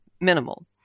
minimal